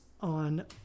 on